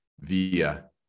via